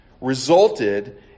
resulted